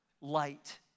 light